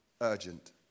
urgent